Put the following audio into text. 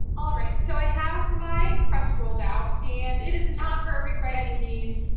all right, so i have my crust rolled out and it is and perfect by any means.